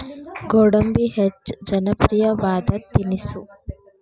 ಗೋಡಂಬಿ ಹೆಚ್ಚ ಜನಪ್ರಿಯವಾದ ತಿನಿಸು